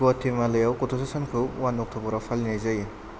ग्वाटेमालायाव गथ'सा सानखौ वान अक्ट'बराव फालिनाय जायो